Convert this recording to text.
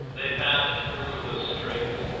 they passed through the straits,